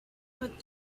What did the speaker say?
what